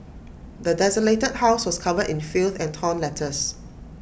the desolated house was covered in filth and torn letters